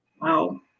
Wow